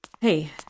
Hey